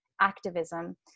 Activism